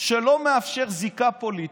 שלא מאפשר זיקה פוליטית,